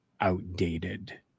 outdated